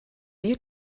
you